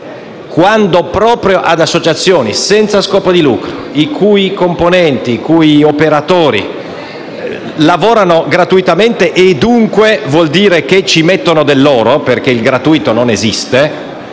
usi. Pensiamo alle associazioni senza scopo di lucro, i cui componenti e i cui operatori lavorano gratuitamente; dunque vuol dire che ci mettono del loro, perché la gratuità non esiste: